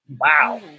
Wow